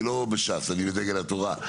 אני לא מש"ס, בדגל התורה.